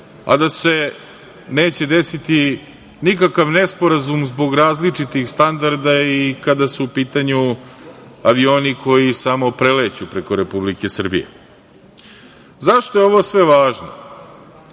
a da se neće desiti nikakav nesporazum zbog različitih standarda i kada su u pitanju avioni koji samo preleću preko Republike Srbije.Zašto je ovo sve važno?